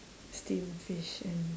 steam fish and